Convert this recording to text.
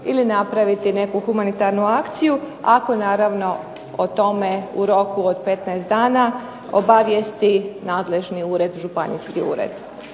ili napraviti neku humanitarnu akciju ako naravno o tome u roku od 15 dana obavijesti nadležni županijski ured.